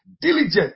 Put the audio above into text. diligent